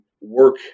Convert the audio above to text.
work